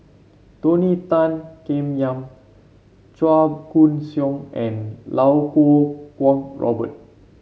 Tony Tan Keng Yam Chua Koon Siong and Iau Kuo Kwong Robert